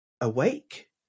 Awake